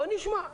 בוא נשמע.